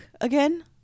again